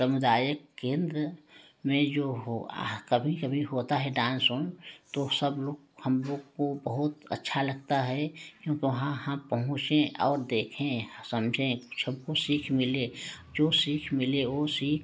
सामुदायक केंद्र में जो हो कभी कभी होता है डांस उन्स तो सब लोग हम लोग को बहुत अच्छा लगता है क्योंकि वहाँ हम पहुँचे और देखें समझें सबको सीख मिले जो सीख मिले वो सीख